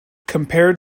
compared